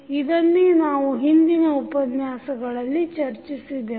ಇದನ್ನೆ ನಾವು ಹಿಂದಿನ ಉಪನ್ಯಾಸಗಳಲ್ಲಿ ಚರ್ಚಿಸಿದೆವು